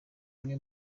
umwe